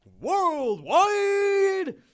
worldwide